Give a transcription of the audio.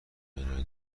منوی